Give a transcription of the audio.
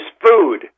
food